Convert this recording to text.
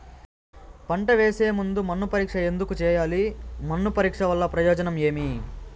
పంట వేసే ముందు మన్ను పరీక్ష ఎందుకు చేయాలి? మన్ను పరీక్ష వల్ల ప్రయోజనం ఏమి?